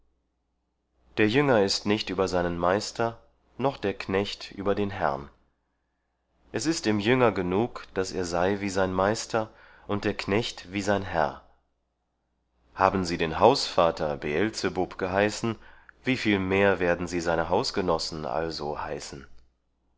der jünger ist nicht über seinen meister noch der knecht über den herrn es ist dem jünger genug daß er sei wie sein meister und der knecht wie sein herr haben sie den hausvater beelzebub geheißen wie viel mehr werden sie seine hausgenossen also heißen